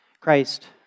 Christ